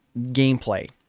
gameplay